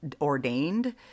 ordained